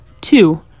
Two